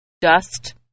dust